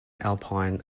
alpine